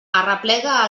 arreplega